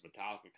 metallica